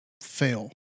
fail